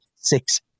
six